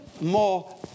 more